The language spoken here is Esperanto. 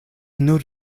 nur